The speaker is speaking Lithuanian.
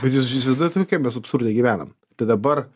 bet jūs įsivaizduojat kokiam mes absurde gyvenam tai dabar